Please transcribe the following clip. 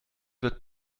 wird